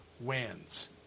wins